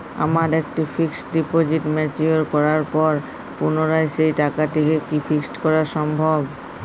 আমার একটি fixed deposit mature করার পর পুনরায় সেই টাকাটিকে কি ফিক্সড করা সম্ভব?